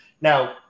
Now